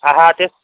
आहा त्यस